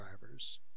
drivers